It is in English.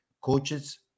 coaches